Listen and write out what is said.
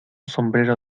sombrero